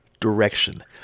direction